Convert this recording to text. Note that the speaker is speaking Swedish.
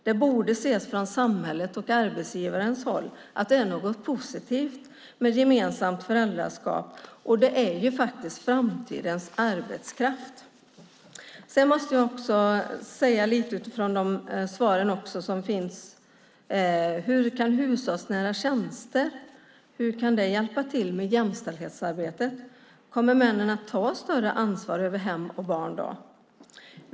Det borde ses från samhällets och arbetsgivarens håll som något positivt med gemensamt föräldraskap. Det är faktiskt framtidens arbetskraft. Hur kan hushållsnära tjänster hjälpa till med jämställdhetsarbetet? Kommer männen att ta större ansvar för hem och barn då?